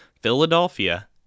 Philadelphia